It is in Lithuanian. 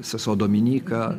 sesuo dominyka